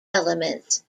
elements